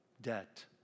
debt